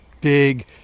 big